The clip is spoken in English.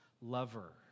lover